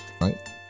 Right